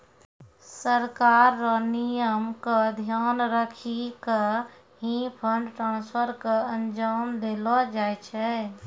सरकार र नियम क ध्यान रखी क ही फंड ट्रांसफर क अंजाम देलो जाय छै